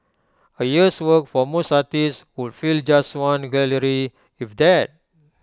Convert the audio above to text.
A year's work for most artists would fill just one gallery if that